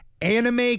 anime